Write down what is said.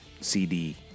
CD